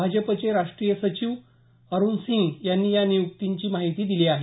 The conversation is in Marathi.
भाजपचे राष्ट्रीय सचिव अरुण सिंग यांनी या नियुक्त्यांची माहिती दिली आहे